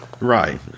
Right